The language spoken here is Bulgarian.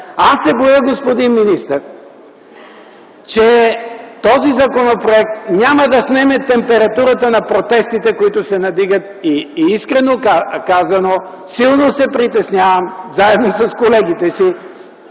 Аз се боя, господин министър, че този законопроект няма да снеме температурата на протестите, които се надигат, и искрено казано, силно се притеснявам заедно с колегите си,